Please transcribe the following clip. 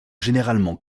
généralement